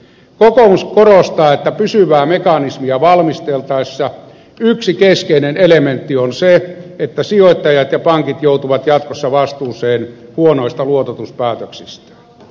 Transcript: kokoomus korostaa että pysyvää mekanismia valmisteltaessa yksi keskeinen elementti on se että sijoittajat ja pankit joutuvat jatkossa vastuuseen huonoista luototuspäätöksistään